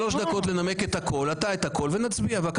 לאחר מכן נצביע.